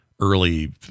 early